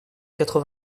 quatre